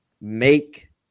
make